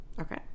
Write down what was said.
Okay